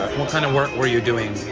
what kind of work were you doing?